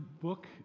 book